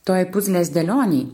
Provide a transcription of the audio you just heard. toj puzlės dėlionėj